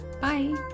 Bye